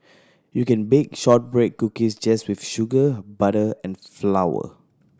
you can bake shortbread cookies just with sugar butter and flour